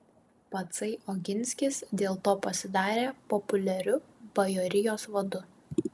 patsai oginskis dėl to pasidarė populiariu bajorijos vadu